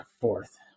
fourth